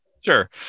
sure